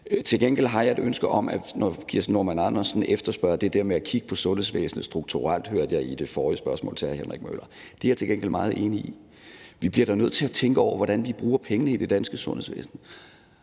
Til gengæld er jeg meget enig i det med, at fru Kirsten Normann Andersen efterspørger det der med at kigge på sundhedsvæsenet strukturelt – det hørte jeg i det forrige spørgsmål til hr. Henrik Møller. Vi bliver da nødt til at tænke over, hvordan vi bruger pengene i det danske sundhedsvæsen.